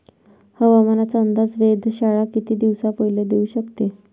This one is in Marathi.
हवामानाचा अंदाज वेधशाळा किती दिवसा पयले देऊ शकते?